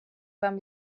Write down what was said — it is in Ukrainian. вам